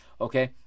Okay